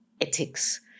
ethics